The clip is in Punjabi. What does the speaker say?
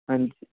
ਹਾਂਜੀ